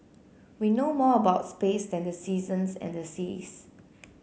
we know more about space than the seasons and the seas